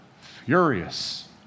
furious